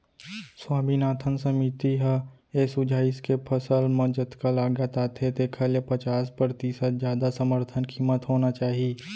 स्वामीनाथन समिति ह ए सुझाइस के फसल म जतका लागत आथे तेखर ले पचास परतिसत जादा समरथन कीमत होना चाही